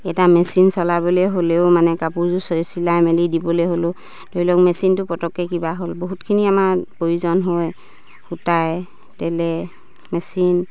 এটা মেচিন চলাবলে হ'লেও মানে কাপোৰযোৰ চিলাই মেলি দিবলে হ'লেও ধৰি লওক মেচিনটো পতককে কিবা হ'ল বহুতখিনি আমাৰ প্ৰয়োজন হয় সূতাই তেলে মেচিন